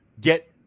get